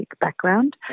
background